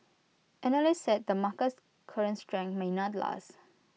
analysts said the market's current strength may not last